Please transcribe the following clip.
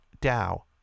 Dow